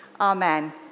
Amen